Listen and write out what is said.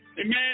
amen